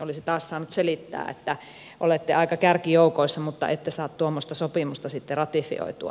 olisi taas saanut selittää että olette aika kärkijoukoissa mutta ette saa tuommoista sopimusta sitten ratifioitua